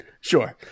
Sure